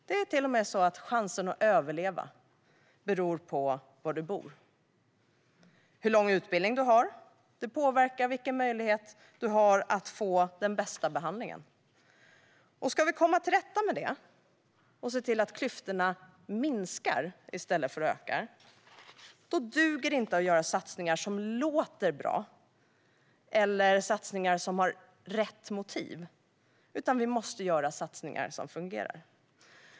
Det är till och med så att chansen att överleva beror på var man bor. Hur lång utbildning man har påverkar vilken möjlighet man har att få den bästa behandlingen. Ska vi komma till rätta med det och se till att klyftorna minskar i stället för ökar duger det inte att göra satsningar som låter bra eller satsningar som har rätt motiv, utan vi måste göra satsningar som fungerar.